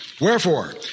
Wherefore